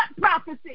prophecy